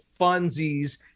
funsies